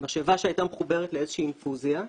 שהיתה מחוברת לאיזושהי אינפוזיה.